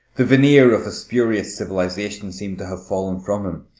the veneer of a spurious civilisation seemed to have fallen from him.